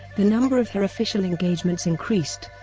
the number of her official engagements increased,